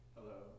Hello